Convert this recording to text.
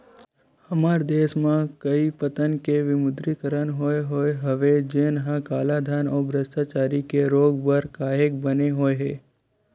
हमर देस म कइ पइत के विमुद्रीकरन होय होय हवय जउनहा कालाधन अउ भस्टाचारी के रोक बर काहेक बने होय हे